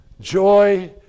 Joy